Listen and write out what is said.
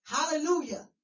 Hallelujah